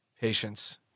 patience